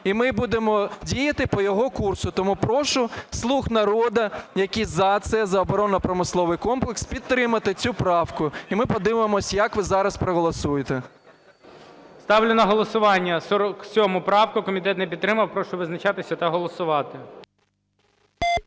і ми будемо діяти по його курсу. Тому прошу "слуг народу", які за це, за оборонно-промисловий комплекс, підтримати цю правку і ми подивимося, як ви зараз проголосуєте. ГОЛОВУЮЧИЙ. Ставлю на голосування 47 правку. Комітет не підтримав. Прошу визначатися та голосувати.